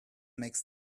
makes